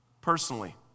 personally